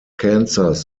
cancers